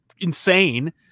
insane